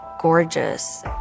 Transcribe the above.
gorgeous